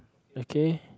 okay